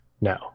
No